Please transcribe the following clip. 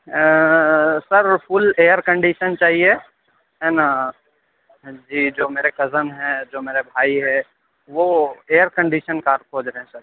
سر full air condition چاہیے ہے نا جی جو میرے کزن ہے جو میرے بھائی ہے وہ ایئر کنڈیشن کار کھوج رہے ہیں سر